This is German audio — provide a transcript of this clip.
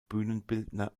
bühnenbildner